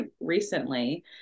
recently